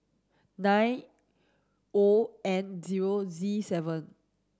nine O N zero Z seven